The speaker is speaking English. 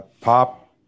Pop